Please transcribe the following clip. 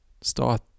start